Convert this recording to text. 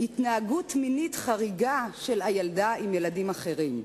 "התנהגות מינית חריגה" של הילדה עם ילדים אחרים.